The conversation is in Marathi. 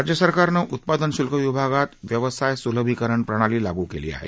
राज्य सरकारनं उत्पादन श्ल्क विभागात व्यवसाय स्लभीकरण प्रणाली लागू केली आहे